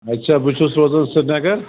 اچھا بہٕ چھُس روزان سِرنگر